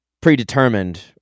predetermined